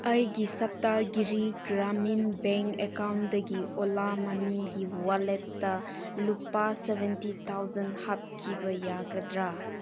ꯑꯩꯒꯤ ꯁꯞꯇꯥꯒꯤꯔꯤ ꯒ꯭ꯔꯥꯃꯤꯟ ꯕꯦꯡ ꯑꯦꯀꯥꯎꯟꯗꯒꯤ ꯑꯣꯂꯥ ꯃꯅꯤꯒꯤ ꯋꯥꯂꯦꯠꯇ ꯂꯨꯄꯥ ꯁꯚꯦꯟꯇꯤ ꯊꯥꯎꯖꯟ ꯍꯥꯞꯈꯤꯕ ꯌꯥꯒꯗ꯭ꯔꯥ